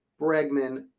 Bregman